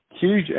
huge